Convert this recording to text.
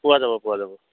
পোৱা যাব পোৱা যাব